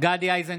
גדי איזנקוט,